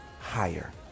higher